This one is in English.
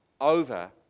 over